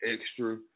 Extra